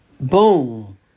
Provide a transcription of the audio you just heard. Boom